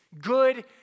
Good